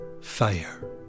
fire